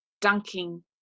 dunking